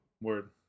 Word